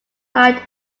night